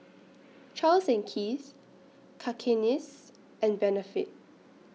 Charles and Keith Cakenis and Benefit